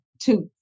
two